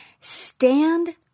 stand